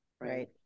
right